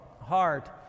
heart